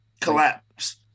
Collapse